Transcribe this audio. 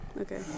Okay